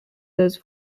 those